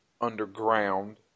underground